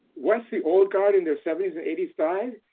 once the old guard in their seventy s and eighty s die